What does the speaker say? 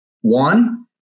One